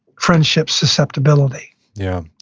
friendship susceptibility yeah.